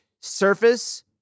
Surface